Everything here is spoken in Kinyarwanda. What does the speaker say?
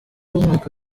w’umwaka